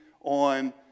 on